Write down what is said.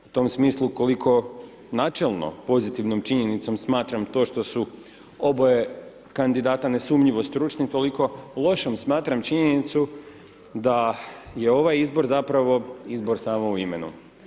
U tom smislu koliko načelno pozitivnom činjenicom smatram to što su oboje kandidata nesumnjivo stručni, toliko lošom smatram činjenicu da je ovaj izbor zapravo izbor samo u imenu.